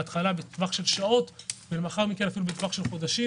בהתחלה בטווח של שעות ולאחר מכן אפילו בטווח של חודשים.